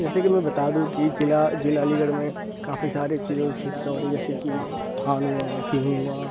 جیسے کہ میں بتادوں کہ ضلع ضلع علی گڑھ میں کافی سارے چیزوں کی کھیتیاں ہوتی ہیں جیسے کہ دھان ہوا گیہوں ہوا